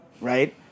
right